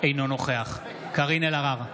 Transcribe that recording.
אינו נוכח קארין אלהרר,